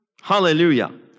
Hallelujah